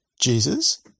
Jesus